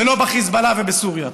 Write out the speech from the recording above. ולא בחיזבאללה ובסוריה.